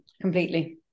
Completely